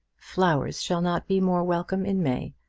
flowers shall not be more welcome in may.